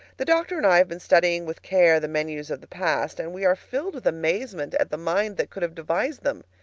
the doctor and i have been studying with care the menus of the past, and we are filled with amazement at the mind that could have devised them.